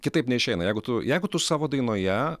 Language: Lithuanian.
kitaip neišeina jeigu tu jeigu tu savo dainoje